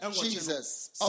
Jesus